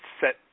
set